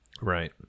Right